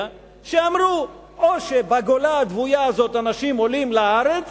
שאמרו: או שהאנשים בגולה הדוויה הזאת עולים לארץ